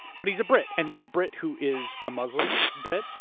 but he's a brit and he's a brit who is a muslim brit.